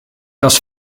das